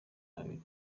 babiri